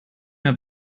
mehr